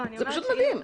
זה פשוט מדהים.